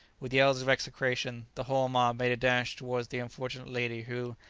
with yells of execration the whole mob made a dash towards the unfortunate lady who,